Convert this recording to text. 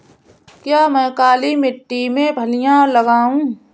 क्या मैं काली मिट्टी में फलियां लगाऊँ?